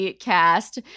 cast